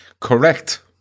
Correct